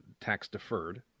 tax-deferred